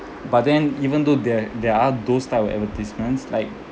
but then even though there there are those type of advertisements like